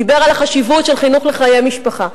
דיבר על החשיבות של חינוך לחיי משפחה.